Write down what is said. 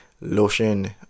lotion